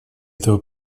этого